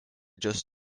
just